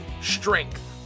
strength